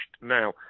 Now